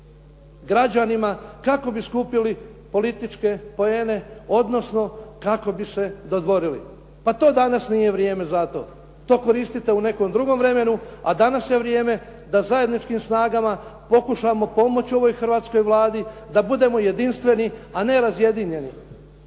građanima kao bi skupili političke poene odnosno kako bi se dodvorili. Pa to danas nije vrijeme za to, to koristite u nekom drugom vremenu a danas je vrijeme da zajedničkim snagama pokušamo pomoć ovoj hrvatskoj Vladi, da budemo jedinstveni a ne razjedinjeni.